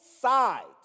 sides